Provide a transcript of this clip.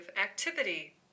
activity